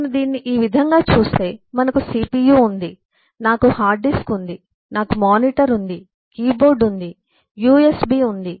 నేను దీనిని ఈ విధంగా చూస్తే మనకు సిపియు ఉంది నాకు హార్డ్ డిస్క్ ఉంది నాకు మానిటర్ ఉంది నాకు కీబోర్డ్ ఉంది నాకు యుఎస్బి ఉంది